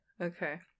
okay